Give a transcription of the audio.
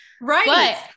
Right